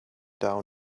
down